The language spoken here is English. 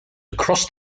across